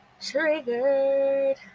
triggered